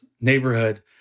Neighborhood